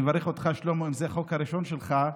אני מברך אותך, שלמה, אם זה החוק הראשון שלך.